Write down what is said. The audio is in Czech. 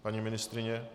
Paní ministryně?